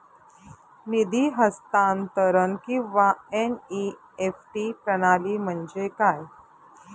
निधी हस्तांतरण किंवा एन.ई.एफ.टी प्रणाली म्हणजे काय?